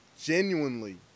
genuinely